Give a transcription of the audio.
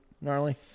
Gnarly